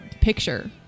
picture